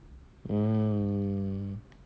oh